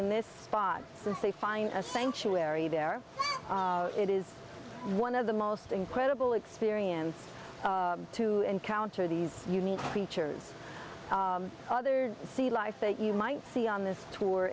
in this spot since they find a sanctuary there it is one of the most incredible experience to encounter these unique features other sea life that you might see on this tour